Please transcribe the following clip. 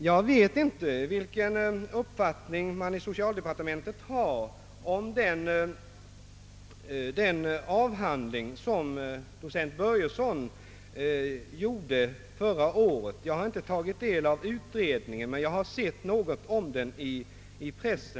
Jag vet inte vilken uppfattning man inom socialdepartementet har beträffande den avhandling som docent Börjesson framlade förra året. Jag har inte närmare tagit del av utredningen men läst om den i pressen.